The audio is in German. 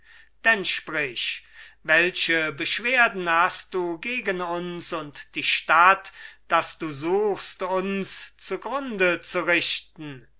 denn sprich welche beschwerden hast du gegen uns und die stadt daß du suchst uns zugrunde zu richten